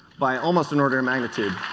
by almost an order of magnitude.